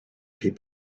people